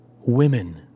Women